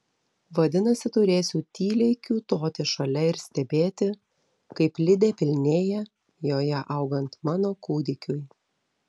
vadinasi turėsiu tyliai kiūtoti šalia ir stebėti kaip lidė pilnėja joje augant mano kūdikiui